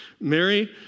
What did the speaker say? Mary